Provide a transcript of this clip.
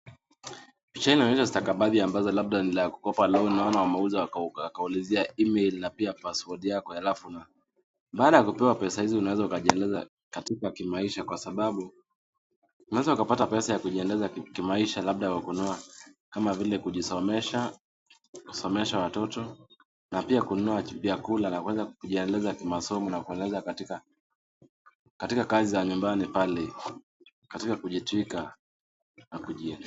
Picha inaonyesha staka baadhi ambazo labda ni za kukopa loan. Naona wameuza wakaulizia email na pia password yako alafu una Baada ya kupewa pesa hizi unaweza ukajiendeleza katika kimaisha kwa sababu unaweza ukapata pesa ya kujiendeleza kimaisha labda kwa kununua kama vile kujisomesha kusomesha watoto na pia kununua vyakula na kuweza kujiendeleza kimasomo na kuendeleza katika katika kazi za nyumbani pale katika kujitwika na kuji